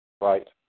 Right